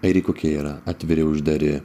airiai kokie yra atviri uždari